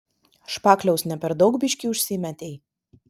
špakliaus ne per daug biškį užsimetei